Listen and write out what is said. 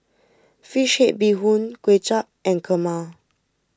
Fish Head Bee Hoon Kuay Chap and Kurma